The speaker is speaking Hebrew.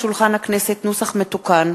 אחמד טיבי,